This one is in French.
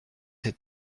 ses